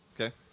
Okay